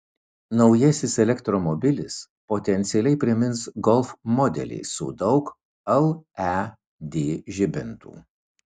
naujasis elektromobilis potencialiai primins golf modelį su daug led žibintų